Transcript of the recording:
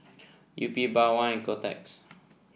Yupi Bawang and Kotex